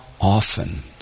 often